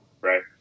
Right